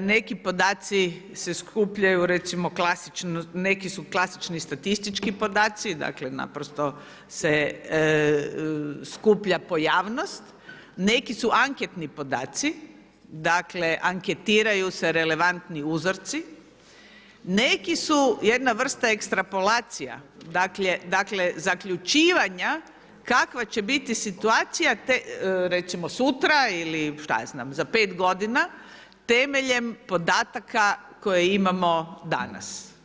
neki podaci se skupljaju recimo klasično, neki su klasični statistički podaci, dakle naprosto se skuplja pojavnost, neki su anketni podaci, dakle anketiraju se relevantni uzorci, neki su jedna vrsta ekstrapolacija, dakle zaključivanja kakva će biti situacija recimo sutra ili šta ja znam, za 5 godina temeljem podataka koje imamo danas.